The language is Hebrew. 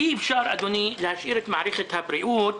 אי-אפשר, אדוני, להשאיר את מערכת הבריאות